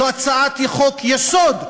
זו הצעת חוק-יסוד,